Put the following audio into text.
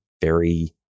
very-